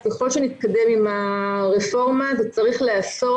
ככל שנתקדם עם הרפורמה זה צריך להיעשות